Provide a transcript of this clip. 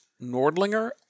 nordlinger